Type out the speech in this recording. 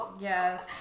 Yes